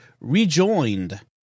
Rejoined